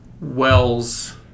Wells